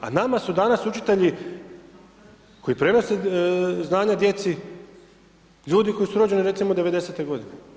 A nama su danas učitelji koji prenose znanje djeci ljudi koji su rođeni recimo 90-te godine.